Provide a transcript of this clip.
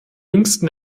jüngsten